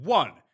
one